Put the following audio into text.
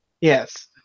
Yes